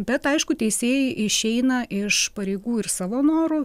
bet aišku teisėjai išeina iš pareigų ir savo noru